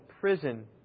prison